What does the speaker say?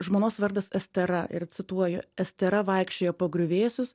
žmonos vardas estera ir cituoju estera vaikščiojo po griuvėsius